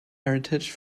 heritage